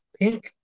pink